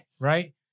Right